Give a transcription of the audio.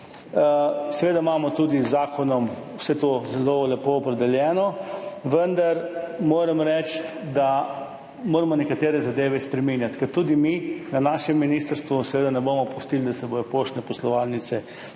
seveda imamo tudi z zakonom vse to zelo lepo opredeljeno, vendar moram reči, da moramo nekatere zadeve spreminjati. Ker tudi mi na našem ministrstvu seveda ne bomo pustili, da se bodo poštne poslovalnice